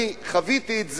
אני חוויתי את זה,